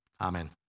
Amen